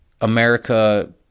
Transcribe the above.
America